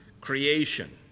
creation